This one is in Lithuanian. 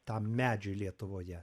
tam medžiui lietuvoje